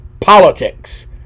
politics